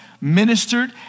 ministered